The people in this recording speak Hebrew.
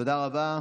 תודה רבה.